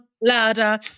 ladder